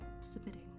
submitting